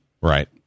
Right